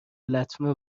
لطمه